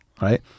right